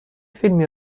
فیلمی